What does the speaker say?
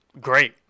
great